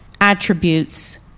attributes